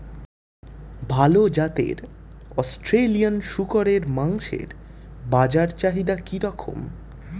ভাল জাতের অস্ট্রেলিয়ান শূকরের মাংসের বাজার চাহিদা কি রকম?